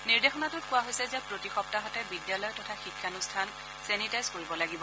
নিৰ্দেশনাটোত কোৱা হৈছে যে প্ৰতি সপ্তাহতে বিদ্যালয় তথা শিক্ষানুষ্ঠান ছেনিটাইজ কৰিব লাগিব